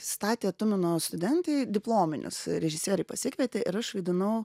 statė tumino studentai diplominius režisieriai pasikvietė ir aš vaidinau